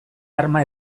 arma